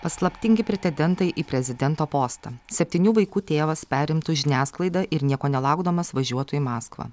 paslaptingi pretedentai į prezidento postą septynių vaikų tėvas perimtų žiniasklaidą ir nieko nelaukdamas važiuotų į maskvą